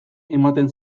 ematen